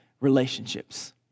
relationships